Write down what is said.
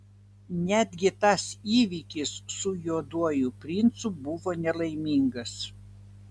netgi tas įvykis su juoduoju princu buvo nelaimingas